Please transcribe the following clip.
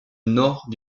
nord